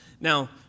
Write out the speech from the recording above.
Now